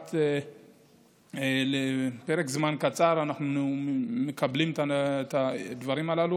אחת לפרק זמן קצר אנחנו מקבלים את הדברים הללו.